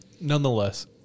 nonetheless